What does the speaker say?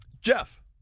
Jeff